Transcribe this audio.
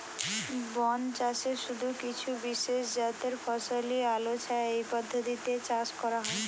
বনচাষে শুধু কিছু বিশেষজাতের ফসলই আলোছায়া এই পদ্ধতিতে চাষ করা হয়